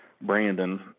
brandon